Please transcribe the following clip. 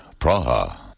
Praha